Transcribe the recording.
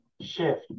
shift